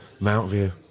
Mountview